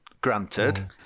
granted